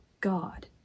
God